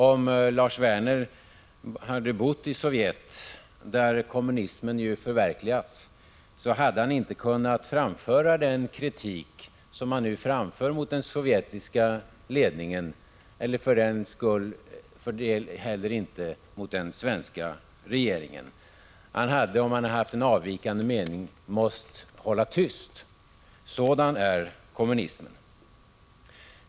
Om Lars Werner hade bott i Sovjet, där kommunismen har förverkligats, hade han inte kunnat framföra den kritik som han nu framför mot den sovjetiska ledningen och för den skull inte heller mot den svenska regeringen. Han hade, om han hade haft en avvikande mening, varit tvungen att hålla tyst. Sådan är kommunismen.